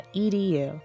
edu